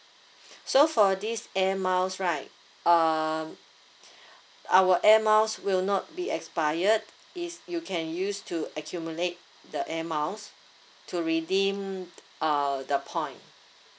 so for this air miles right um our air mile will not be expired is you can use to accumulate the air miles to redeem uh the point